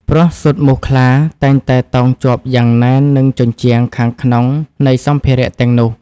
ព្រោះស៊ុតមូសខ្លាតែងតែតោងជាប់យ៉ាងណែននឹងជញ្ជាំងខាងក្នុងនៃសម្ភារៈទាំងនោះ។